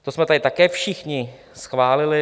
To jsme tady také všichni schválili.